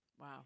Wow